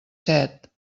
set